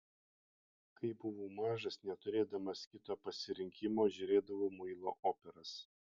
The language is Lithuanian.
kai buvau mažas neturėdamas kito pasirinkimo žiūrėdavau muilo operas